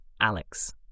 Alex